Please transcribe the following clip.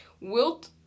Wilt